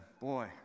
boy